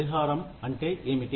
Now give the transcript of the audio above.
పరిహారం అంటే ఏమిటి